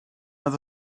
oedd